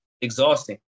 exhausting